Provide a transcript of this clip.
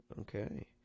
Okay